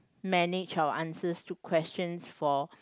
manage our answers to questions for